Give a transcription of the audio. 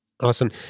Awesome